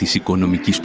economic